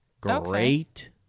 great